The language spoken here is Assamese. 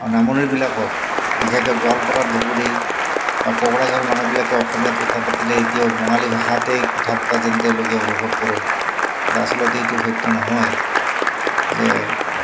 আৰু নামনিৰ বিলাকক বিশেষকৈ গোৱালপাৰা ধুবুৰী বা কোকৰাঝাৰ মানুহবিলাকে অসমীয়াত কথা পাতিলে এতিয়াও বঙালী ভাষাতেই কথা পতা যেন তেওঁলোকে অনুভৱ কৰে কিন্তু আচলতে এইটো সত্য নহয় যে